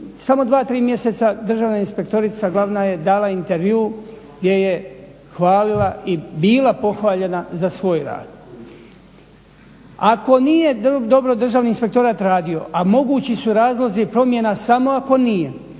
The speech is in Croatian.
samo dva, tri mjeseca, državna inspektorica glavna dala je intervju gdje je hvalila i bila pohvaljena za svoj rad. Ako nije dobro državni inspektorat radio a mogući su razlozi promjena samo ako nije